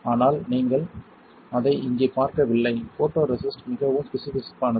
ஆனால் நீங்கள் அதை இங்கே பார்க்கவில்லை ஃபோட்டோரெசிஸ்ட் மிகவும் பிசுபிசுப்பானது